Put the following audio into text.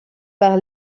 par